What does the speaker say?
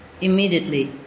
immediately